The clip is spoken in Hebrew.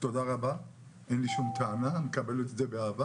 תודה רבה, אין לי שום טענה, אני מקבל את זה באהבה